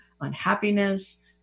unhappiness